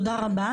תודה רבה.